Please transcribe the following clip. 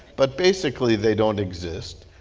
but basically, they don't exist.